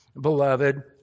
beloved